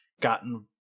gotten